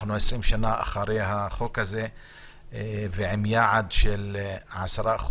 אנחנו 20 שנה אחרי החוק הזה ועם יעד של 10%,